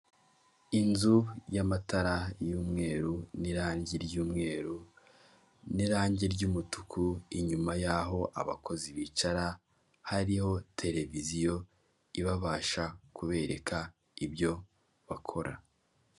Inzu y'amatara y'umweru n'irangi ry'umweru, n'irangi ry'umutuku, inyuma y'aho abakozi bicara hariho televiziyo ibabasha kubereka ibyo bakora.